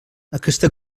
aquesta